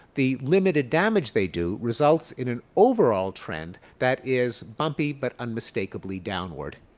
the limited damage they do results in an overall trend that is bumpy but unmistakably downward.